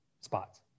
spots